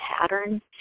pattern